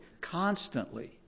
constantly